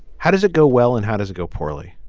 how does it go well and how does it go poorly